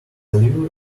lure